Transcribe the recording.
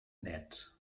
nets